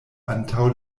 antaŭ